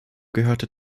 gehörte